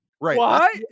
Right